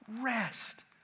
rest